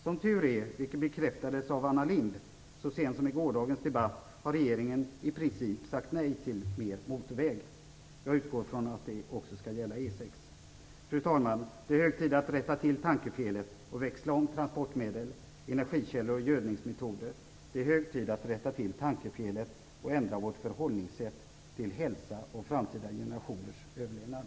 Som tur är, vilket bekräftades av Anna Lindh så sent som i gårdagens debatt, har regeringen i princip sagt nej till ytterligare motorväg. Jag utgår ifrån att det också skall gälla E 6. Fru talman! Det är hög tid att rätta till tankefelen och växla om transportmedel, energikällor och gödningsmetoder. Det är hög tid att rätta till tankefelen och ändra vårt förhållningssätt när det gäller hälsa och framtida generationers överlevnad.